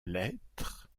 lettre